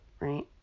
Right